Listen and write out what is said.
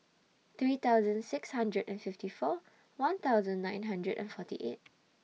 three thousand six hundred and fifty four one thousand nine hundred and forty eight